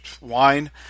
wine